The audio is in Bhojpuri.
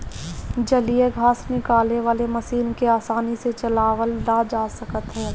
जलीय घास निकाले वाला मशीन के आसानी से चलावल जा सकत हवे